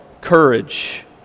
courage